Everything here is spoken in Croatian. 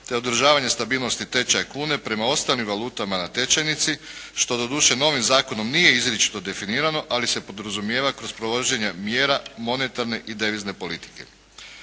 te održavanje stabilnosti tečaja kune prema ostalim valutama na tečajnici što doduše novim zakonom nije izričito definirano, ali se podrazumijeva kroz provođenje mjera monetarne i devizne politike.